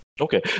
Okay